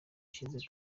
ishize